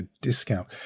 discount